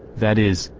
that is,